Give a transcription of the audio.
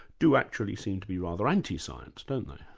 do actually seem to be rather anti-science, don't they?